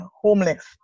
homeless